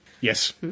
yes